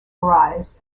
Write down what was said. arrives